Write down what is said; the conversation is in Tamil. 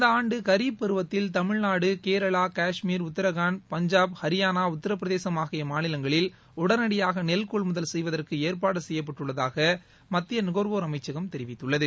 இந்த ஆண்டு கரீப் பருவத்தில் தமிழ்நாடு கேரளா காஷ்மீர் உத்தராகண்ட் பஞ்சாப் ஹரியானா உத்தர பிரதேசம் சண்டிகட் ஆகிய மாநிஷங்களில் உடனடியாக நெல் கொள்முதல் செய்வதற்கு ஏற்பாடு செய்யப்பட்டுள்ளதாக மத்திய நுகர்வோர் அமைச்சகம் தெரிவித்துள்ளது